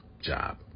job